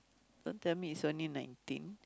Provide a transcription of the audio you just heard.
don't tell me it's only nineteen